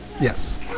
Yes